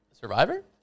Survivor